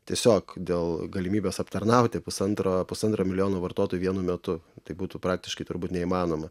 tiesiog dėl galimybės aptarnauti pusantro pusantro milijono vartotojų vienu metu tai būtų praktiškai turbūt neįmanoma